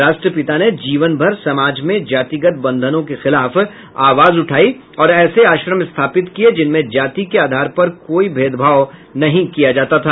राष्ट्रपिता ने जीवन भर समाज में जातिगत बंधनों के खिलाफ आवाज उठाई और ऐसे आश्रम स्थापित किये जिनमें जाति के आधार पर कोई भेदभाव नहीं किया जाता था